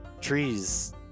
trees